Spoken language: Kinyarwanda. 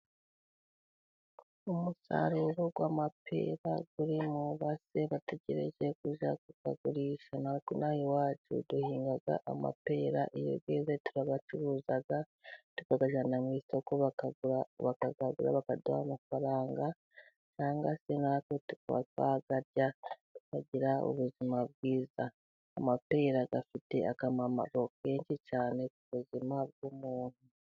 Umusaruro w'amapera uri mu ibase bategereje kujya kuwugurisha, natwe inaha iwacu duhinga amapera, iyo yeze turayacuruza tukayajyana mu isoko bakayagura bakaduha amafaranga cyangwa se natwe tukaba twayarya tukagira ubuzima bwiza, amapira adufitiye akamamaro kenshi cyane ku buzima bw'umuntu.